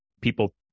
People